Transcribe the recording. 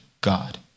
God